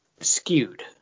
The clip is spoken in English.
skewed